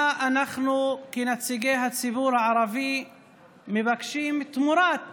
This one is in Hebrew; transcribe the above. מה אנחנו כנציגי הציבור הערבי מבקשים תמורת